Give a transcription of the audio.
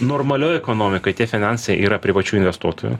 normalioj ekonomikoj tie finansai yra privačių investuotojų